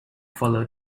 followed